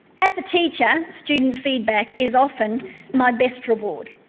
as a teacher, student feedback is often my best reward.